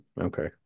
Okay